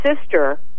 sister